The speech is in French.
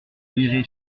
irait